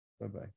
Bye-bye